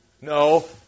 No